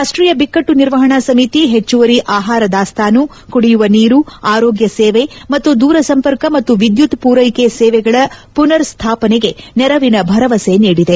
ರಾಷ್ಷೀಯ ಬಿಕ್ಕಟ್ಷು ನಿರ್ವಹಣಾ ಸಮಿತಿ ಹೆಚ್ಚುವರಿ ಆಹಾರ ದಾಸ್ತಾನು ಕುಡಿಯುವ ನೀರು ಆರೋಗ್ಯ ಸೇವೆ ಮತ್ತು ದೂರಸಂಪರ್ಕ ಮತ್ತು ವಿದ್ಯುತ್ ಪೂರೈಕೆ ಸೇವೆಗಳ ಪುನರ್ ಸ್ಟಾಪನೆಗೆ ನೆರವಿನ ಭರವಸೆ ನೀಡಿದೆ